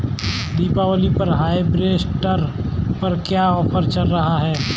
दीपावली पर हार्वेस्टर पर क्या ऑफर चल रहा है?